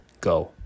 go